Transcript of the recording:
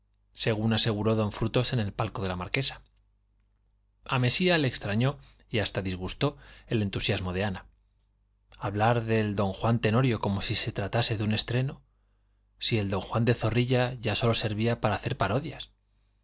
según aseguró don frutos en el palco de la marquesa a mesía le extrañó y hasta disgustó el entusiasmo de ana hablar del don juan tenorio como si se tratase de un estreno si el don juan de zorrilla ya sólo servía para hacer parodias